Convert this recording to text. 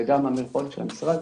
וגם המרפאות של המשרד,